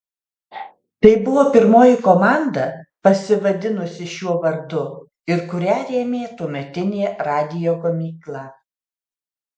tai buvo pirmoji komanda pasivadinusi šiuo vardu ir kurią rėmė tuometinė radijo gamykla